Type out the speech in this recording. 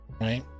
right